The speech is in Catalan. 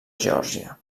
geòrgia